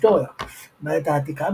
היסטוריה בעת העתיקה,